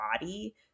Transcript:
body